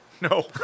No